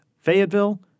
Fayetteville